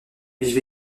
vivent